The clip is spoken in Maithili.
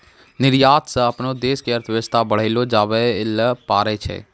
निर्यात स अपनो देश के अर्थव्यवस्था बढ़ैलो जाबैल पारै छै